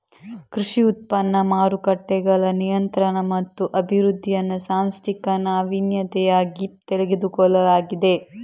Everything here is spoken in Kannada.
ಕೃಷಿ ಉತ್ಪನ್ನ ಮಾರುಕಟ್ಟೆಗಳ ನಿಯಂತ್ರಣ ಮತ್ತು ಅಭಿವೃದ್ಧಿಯನ್ನು ಸಾಂಸ್ಥಿಕ ನಾವೀನ್ಯತೆಯಾಗಿ ತೆಗೆದುಕೊಳ್ಳಲಾಗಿದೆ